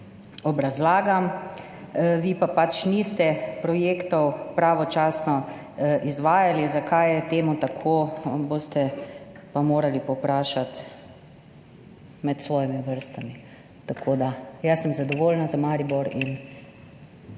obrazlagam, vi pa pač niste projektov pravočasno izvajali. Zakaj je to tako, boste pa morali povprašati med svojimi vrstami. Tako da jaz sem zadovoljna za Maribor.